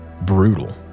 brutal